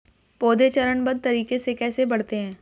पौधे चरणबद्ध तरीके से कैसे बढ़ते हैं?